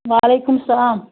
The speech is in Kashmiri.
وعلیکُم سَلام